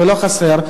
ולא חסר,